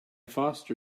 foster